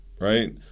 right